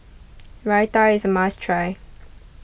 Raita is a must try